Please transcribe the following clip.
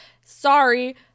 sorry